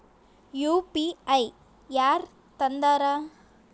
UPI ಯಾರ್ ತಂದಾರ?